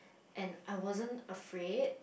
and I wasn't afraid